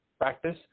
practice